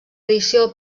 edició